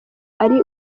ari